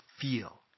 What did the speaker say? feel